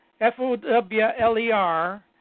F-O-W-L-E-R